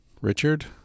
Richard